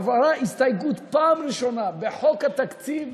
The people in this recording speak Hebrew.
עברה הסתייגות בפעם הראשונה בחוק התקציב,